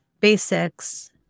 basics